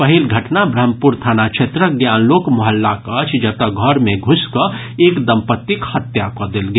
पहिल घटना ब्रह्मपुर थाना क्षेत्रक ज्ञानलोक मोहल्लाक अछि जतऽ घर मे घुसि कऽ एक दंपत्तिक हत्या कऽ देल गेल